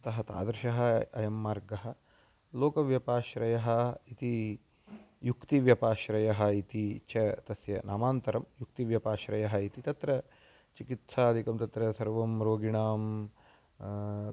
अतः तादृशः अयं मार्गः लोकव्यपाश्रयः इति युक्तिव्यपाश्रयः इति च तस्य नामान्तरं युक्तिव्यपाश्रयः इति तत्र चिकित्सादिकं तत्र सर्वं रोगिणां